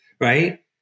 right